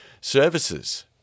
services